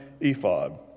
ephod